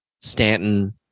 Stanton